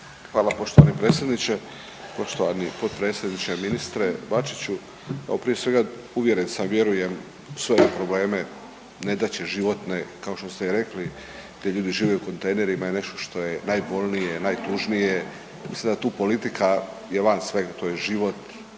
vam poštovani predsjedniče. Poštovani potpredsjedniče ministre Bačiću. Evo prije svega uvjeren sam, vjerujem u sve probleme, nedaće životna kao što ste i rekli gdje ljudi žive u kontejnerima je nešto što je najbolnije, najtužnije i mislim da tu politika je van svega. To je život,